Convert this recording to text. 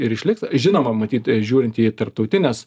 ir išliks žinoma matyt žiūrint į tarptautines